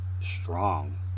strong